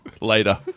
Later